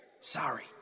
Sorry